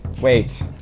Wait